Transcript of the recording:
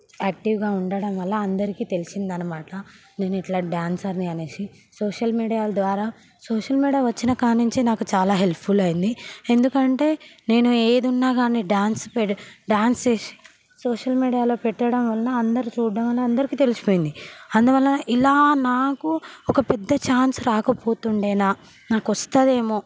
యాక్టివ్గా ఉండడం వల్ల అందరికీ తెలిసింది అనమాట నేను ఇట్లా డాన్సర్ అని అనేసి సోషల్ మీడియాల ద్వారా సోషల్ మీడియా వచ్చినకాడ నుంచి నాకు చాలా హెల్ప్ఫుల్ అయింది ఎందుకంటే నేను ఏది ఉన్నా కాని డాన్స్ పెడితే డాన్స్ వేసి సోషల్ మీడియాలో పెట్టడం వల్ల అందరూ చూడడం వల్ల అందరికీ తెలిసిపోయింది అందువలన ఇలా నాకు ఒక పెద్ద ఛాన్స్ రాకపోతుండేనా నాకు వస్తుంది ఏమో